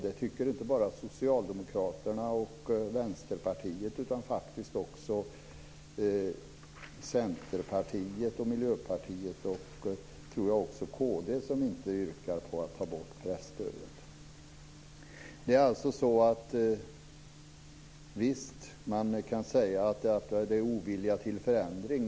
Det tycker inte bara Socialdemokraterna och Vänsterpartiet, utan faktiskt också Centerpartiet, Miljöpartiet och - tror jag - kd, som inte yrkar på att ta bort presstödet. Visst kan man säga att det är ovilja till förändring.